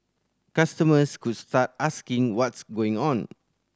customers could start asking what's going on